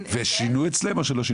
ושינו אצלם, או שלא?